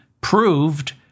proved